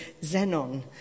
xenon